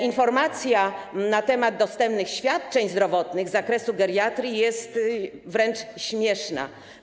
Informacja na temat dostępnych świadczeń zdrowotnych z zakresu geriatrii jest wręcz śmieszna.